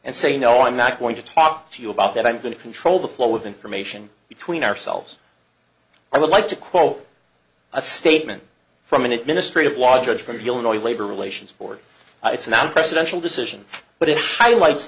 and say no i'm not going to talk to you about that i'm going to control the flow of information between ourselves i would like to quote a statement from an administrative law judge from the illinois labor relations board it's not a presidential decision but it is i like t